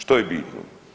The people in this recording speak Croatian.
Što je bitno?